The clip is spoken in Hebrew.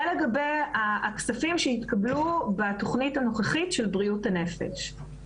זה לגבי הכספים שהתקבלו בתוכנית הנוכחית של בריאות הנפש.